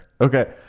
Okay